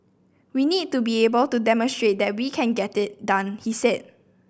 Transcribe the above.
we need to be able to demonstrate that we can get it done he said